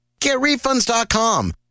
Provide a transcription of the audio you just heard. GetRefunds.com